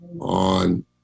on